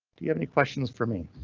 do you have any questions for me